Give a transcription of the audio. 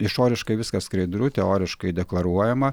išoriškai viskas skaidru teoriškai deklaruojama